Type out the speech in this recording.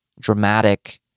dramatic